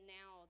now